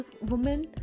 woman